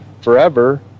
forever